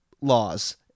laws